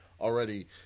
already